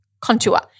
Contour